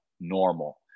normal